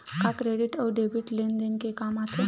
का क्रेडिट अउ डेबिट लेन देन के काम आथे?